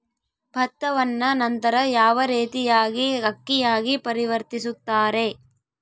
ಭತ್ತವನ್ನ ನಂತರ ಯಾವ ರೇತಿಯಾಗಿ ಅಕ್ಕಿಯಾಗಿ ಪರಿವರ್ತಿಸುತ್ತಾರೆ?